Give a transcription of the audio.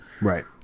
Right